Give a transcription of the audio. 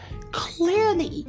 clearly